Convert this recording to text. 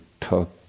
talk